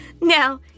Now